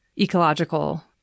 ecological